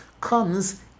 comes